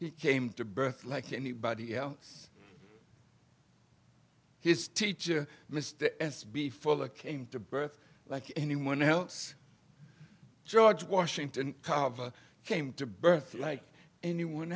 he came to birth like anybody else his teacher mr s before the came to birth like anyone else george washington carver came to birth like anyone